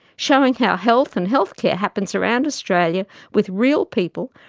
showing how health and healthcare happens around australia with real people,